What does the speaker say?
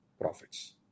profits